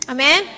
Amen